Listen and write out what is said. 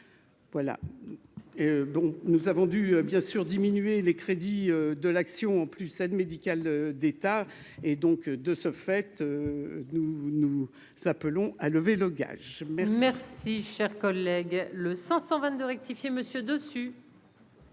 donc nous avons dû bien sûr diminuer les crédits de l'action en plus aide médicale d'État, et donc de ce fait, nous nous, ça peut long à lever le gage. Merci, cher collègue, le 522 rectifié Monsieur dessus.